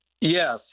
Yes